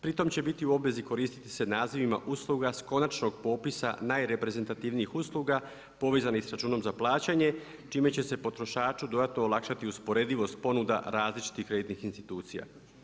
Pritom će biti u obvezi koristit se nazivima usluga s konačnog popisa najreprezentativnijih usluga povezanih sa računom za plaćanje, čim će se potrošaču dodatno olakšati usporedivost ponuda različitih kreditnih institucija.